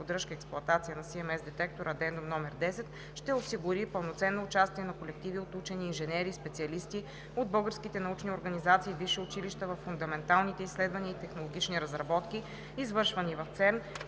поддръжка и експлоатация на CMS детектора – Addendum № 10, ще осигури пълноценно участие на колективи от учени, инженери и специалисти от българските научни организации и висши училища във фундаменталните изследвания и технологични разработки, извършвани в ЦЕРН,